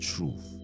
truth